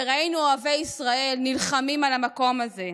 וראינו אוהבי ישראל נלחמים על המקום הזה.